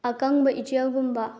ꯑꯀꯪꯕ ꯏꯆꯦꯜꯒꯨꯝꯕ